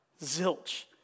zilch